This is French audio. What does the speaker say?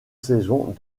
saisons